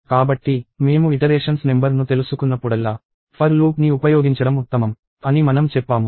కాబట్టి మేము iterations number ను తెలుసుకున్నప్పుడల్లా for లూప్ ని ఉపయోగించడం ఉత్తమం అని మనం చెప్పాము